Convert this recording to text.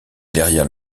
derrière